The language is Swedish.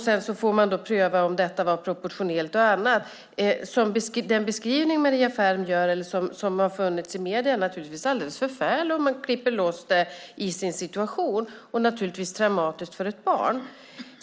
Sedan får man pröva om det hela var proportionerligt och så vidare. Den beskrivning Maria Ferm gör och som har funnits i medierna är naturligtvis alldeles förfärlig och traumatisk för ett barn om man klipper loss den ur sin situation.